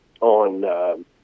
on